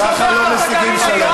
ככה לא משיגים שלום.